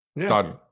done